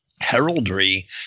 heraldry